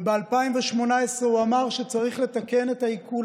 וב-2018 הוא אמר שצריך לתקן את העיקול